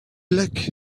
luck